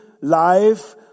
life